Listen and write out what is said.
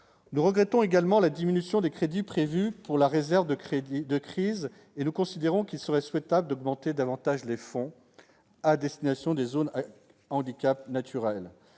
Nous regrettons également la diminution des crédits prévus pour la réserve de crise et considérons qu'il serait souhaitable d'augmenter davantage les fonds à destination des zones à handicap naturel.